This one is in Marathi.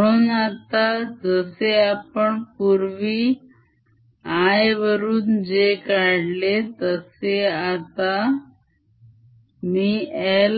म्हणून आता जसे आपण पूर्वी i वरून j काढले तसे आता मी I